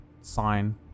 sign